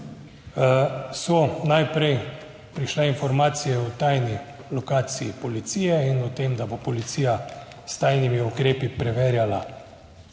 so najprej prišle informacije o tajni lokaciji policije in o tem, da bo policija s tajnimi ukrepi preverjala